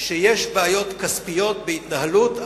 שיש בעיות כספיות בהתנהלות,